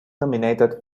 nominated